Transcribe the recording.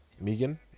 megan